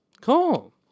Cool